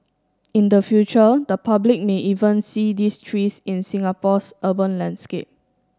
in the future the public may even see these trees in Singapore's urban landscape